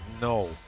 no